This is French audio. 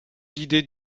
guidée